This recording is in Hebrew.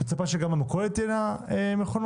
אתה מצפה שגם במכולת תהיינה מכונות?